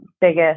biggest